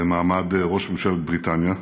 במעמד ראש ממשלת בריטניה,